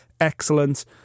excellent